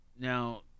Now